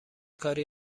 کاری